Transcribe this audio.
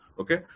Okay